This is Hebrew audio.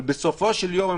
אבל בסופו של יום,